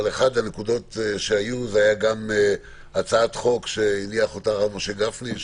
אבל אחת הנקודות היא הצעת חוק שהניח הרב משה גפני,